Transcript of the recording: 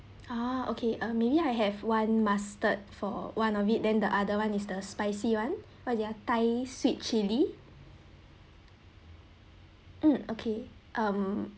ah okay ah maybe I have one mustard for one of it then the other one is the spicy what their thai sweet chilli mm okay um